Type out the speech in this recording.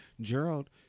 Gerald